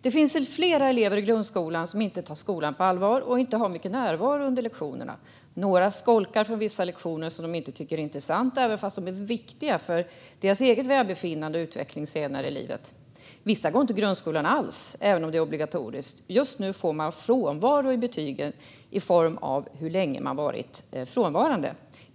Det finns flera elever i grundskolan som inte tar skolan på allvar och som inte har mycket närvaro under lektionerna. Några skolkar från vissa lektioner som de inte tycker är intressanta, även fast dessa är viktiga för deras eget välbefinnande och utveckling senare i livet. Vissa går inte i grundskolan alls, även om det är obligatoriskt. Just nu får man frånvaro i betyget i form av hur länge man varit frånvarande.